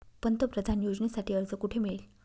पंतप्रधान योजनेसाठी अर्ज कुठे मिळेल?